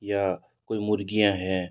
या कोई मुर्ग़ियाँ हैं